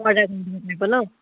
ন